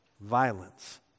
violence